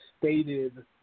stated